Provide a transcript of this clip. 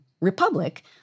republic